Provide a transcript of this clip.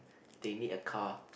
they need a car